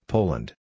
Poland